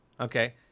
okay